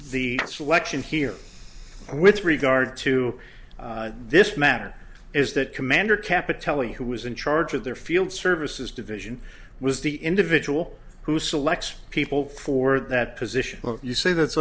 the selection here with regard to this matter is that commander kappa tele who was in charge of their field services division was the individual who selects people for that position well you say that